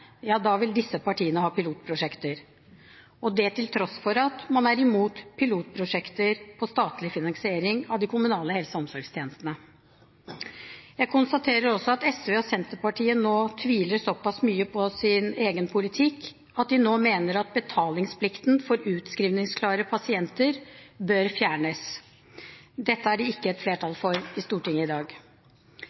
ja, da vil disse partiene ha pilotprosjekter – og det til tross for at man er i mot pilotprosjekter på statlig finansiering av de kommunale helse- og omsorgstjenestene. Jeg konstaterer også at SV og Senterpartiet tviler såpass mye på sin egen politikk at de nå mener at betalingsplikten for utskrivningsklare pasienter bør fjernes. Dette er det ikke et flertall for i Stortinget i dag.